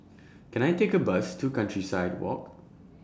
Can I Take A Bus to Countryside Walk